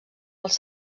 els